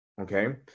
Okay